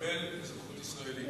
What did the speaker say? לקבל אזרחות ישראלית.